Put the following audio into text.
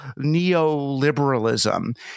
neoliberalism